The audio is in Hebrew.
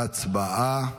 הצבעה.